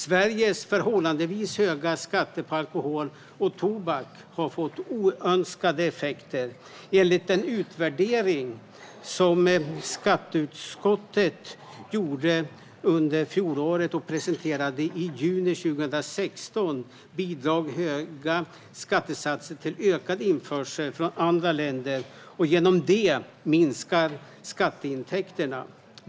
Sveriges förhållandevis höga skatter på alkohol och tobak har fått oönskade effekter. Enligt den utvärdering som skatteutskottet gjorde under fjolåret och presenterade i juni 2016 bidrar höga skattesatser till ökad införsel från andra länder, och genom detta minskar statsintäkterna.